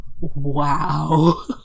wow